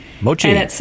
Mochi